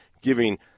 giving